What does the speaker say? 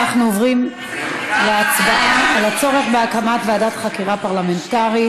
אנחנו עוברים להצבעה על הצורך בהקמת ועדת חקירה פרלמנטרית.